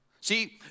See